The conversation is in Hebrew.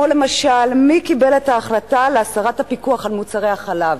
כמו למשל: מי קיבל את ההחלטה על הסרת הפיקוח ממוצרי החלב?